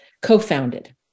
co-founded